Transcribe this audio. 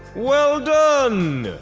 well done!